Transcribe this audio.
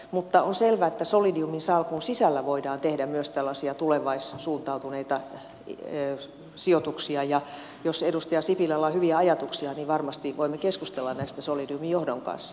mutta on selvä että solidiumin salkun sisällä voidaan tehdä myös tällaisia tulevaisuuteen suuntautuneita sijoituksia ja jos edustaja sipilällä on hyviä ajatuksia niin varmasti voimme keskustella näistä solidiumin johdon kanssa